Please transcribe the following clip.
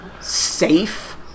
safe